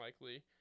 likely